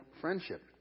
Friendship